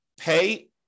pay